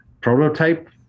prototype